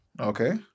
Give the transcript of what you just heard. Okay